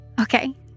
Okay